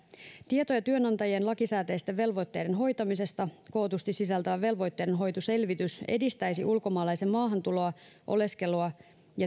tietoja työnantajien lakisääteisten velvoitteiden hoitamisesta kootusti sisältävä velvoitteidenhoitoselvitys edistäisi ulkomaalaisen maahantuloa oleskelua